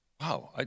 wow